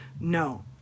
No